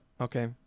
okay